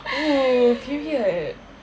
few here